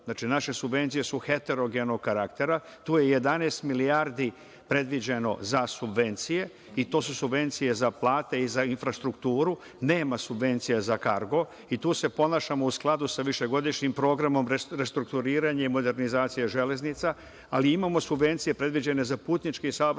znači, naše subvencije su heterogenog karaktera. Tu je 11 milijardi predviđeno za subvencije i to su subvencije za plate i za infrastrukturu, nema subvencija za kargo i tu se ponašamo u skladu sa višegodišnjim programom restrukturiranja i modernizacija železnica, ali imamo subvencije predviđene za putnički saobraćaj,